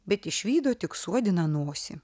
bet išvydo tik suodiną nosį